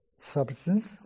Substance